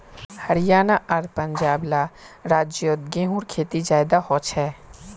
हरयाणा आर पंजाब ला राज्योत गेहूँर खेती ज्यादा होछे